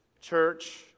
church